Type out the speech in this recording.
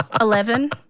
Eleven